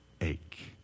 ache